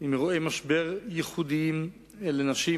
באירועי משבר ייחודיים לנשים,